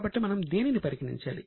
కాబట్టి మనం దేనిని పరిగణించాలి